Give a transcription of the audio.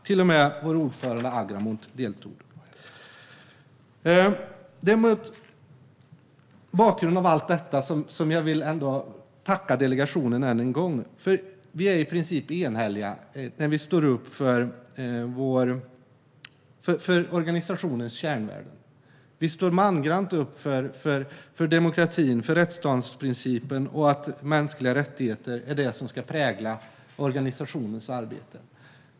Till och med vår ordförande Agramunt deltog. Mot bakgrund av allt detta vill jag tacka delegationen än en gång. Vi är nämligen i princip enhälliga när vi står upp för organisationens kärnvärden. Vi står mangrant upp för demokratin, för rättsstatsprincipen och för att mänskliga rättigheter är det som ska prägla organisationens arbete.